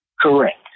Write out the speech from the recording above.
Correct